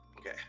Okay